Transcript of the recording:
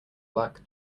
black